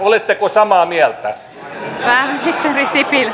oletteko samaa mieltä